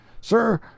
Sir